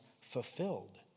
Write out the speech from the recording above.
fulfilled